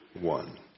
one